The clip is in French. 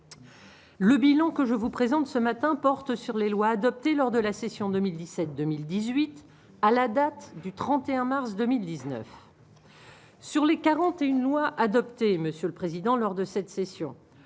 Le bilan que je vous présente ce matin portent sur les lois adoptées lors de la session 2017, 2018 à la date du 31 mars 2019 sur les 41 loi adoptée, monsieur le président, lors de cette session